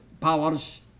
powers